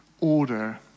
order